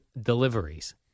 deliveries